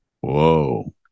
Whoa